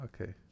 okay